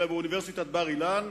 אלא באוניברסיטת בר-אילן,